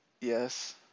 Yes